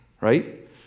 right